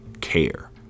care